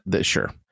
sure